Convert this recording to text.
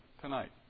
tonight